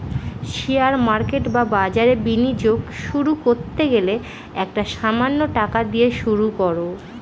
share market বা বাজারে বিনিয়োগ শুরু করতে গেলে একটা সামান্য টাকা দিয়ে শুরু করো